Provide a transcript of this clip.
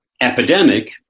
epidemic